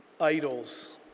idols